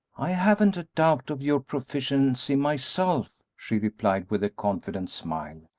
i haven't a doubt of your proficiency myself, she replied, with a confident smile,